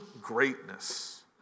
greatness